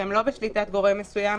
שהם לא בשליטת גורם מסוים,